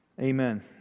Amen